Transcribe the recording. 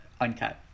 uncut